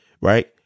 right